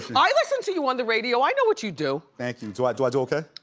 i listen to you on the radio, i know what you do. thank you, do i do i do okay?